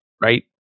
right